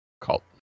Cult